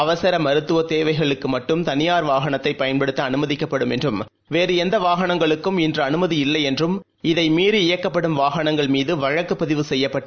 அவசரமருத்துவதேவைகளுக்குமட்டும் தனியார் வாகனத்தைபயன்படுத்தஅனுமதிக்கப்படும் என்றும் வேறுஎந்தவாகனங்களுக்கும் இன்றுஅனுமதியில்லைஎன்றும் இதைமீறி இயக்கப்படும் வாகனங்கள்மீதுவழக்குப் பதிவு செய்யப்பட்டு